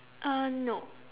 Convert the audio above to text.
uh no